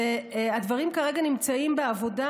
והדברים כרגע נמצאים בעבודה